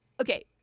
Okay